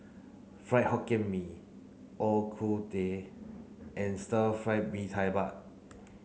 Fried Hokkien Mee O Ku Tueh and stir fried Mee Tai Mak